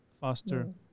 faster